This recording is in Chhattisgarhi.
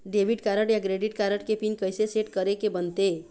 डेबिट कारड या क्रेडिट कारड के पिन कइसे सेट करे के बनते?